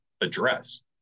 address